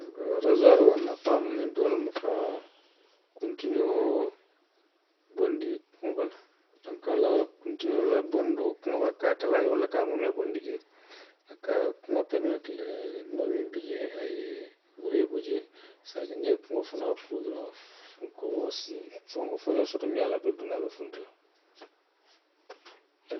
Ooh raasuwaaroo nafaa mu miŋ ti wo lemu ka kuntiňoo bondi kuŋo bala. donku ka a la kuntiňoo la bondoo kuŋo bala, ka a talaa jee, walla ka a muumee bee bondi jee, a ka kuŋo peerimeetiri le a ye, noo miŋ bi jee a ye, wo ye bo jee, i se a je niŋ i ye i kuŋo fanaŋ kuu doroŋ fonkoo, a si fonkoo, foňoo soto miŋ ye a loŋ ko a be duŋ na a be funti la